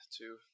two